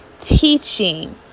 teaching